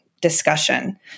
discussion